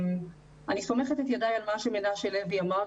אני סומכת את ידיי על מה שמנשה לוי אמר,